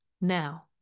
now